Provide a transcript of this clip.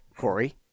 Corey